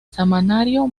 semanario